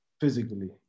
physically